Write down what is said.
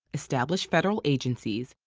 establish federal agencies,